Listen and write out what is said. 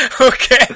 Okay